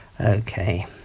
Okay